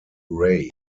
rey